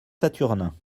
saturnin